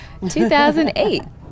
2008